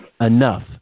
enough